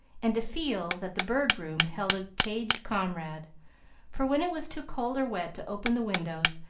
and to feel that the bird room held a caged comrade for, when it was too cold or wet to open the windows,